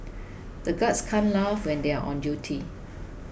the guards can't laugh when they are on duty